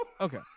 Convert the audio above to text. Okay